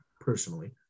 personally